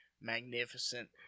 magnificent